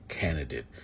Candidate